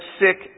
sick